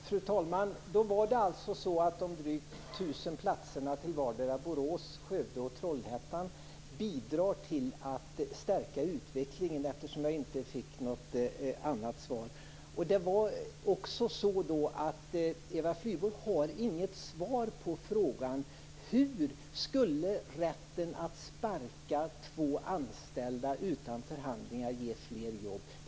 Fru talman! Då var det alltså så att de drygt 1 000 platserna till vardera Borås, Skövde och Trollhättan bidrar till att stärka utvecklingen. Jag fick inte något annat svar. Eva Flyborg hade inte heller något svar på frågan hur rätten att sparka två anställda utan förhandlingar skulle ge fler jobb.